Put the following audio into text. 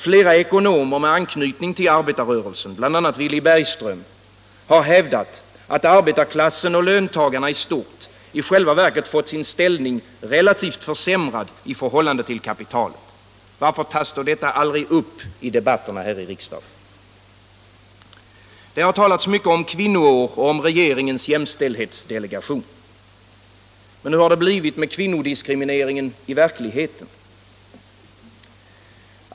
Flera ekonomer med anknytning till arbetarrörelsen, bl.a. Villy Bergström, har hävdat att arbetarklassen och löntagarna i själva verket fått sin ställning relativt försämrad i förhållande till kapitalet. Varför tas då detta aldrig upp i debatterna här i riksdagen? Det har talats mycket om kvinnoår och om regeringens jämställdhetsdelegation. Men hur har det blivit med kvinnodiskrimineringen i verkligheten?